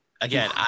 Again